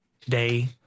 today